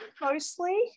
mostly